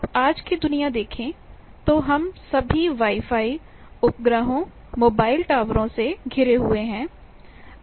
आप आज की दुनिया देखें तो हम सभी वाई फाई उपग्रहों मोबाइल टॉवरों से घिरे हुए हैं